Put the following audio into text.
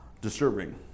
disturbing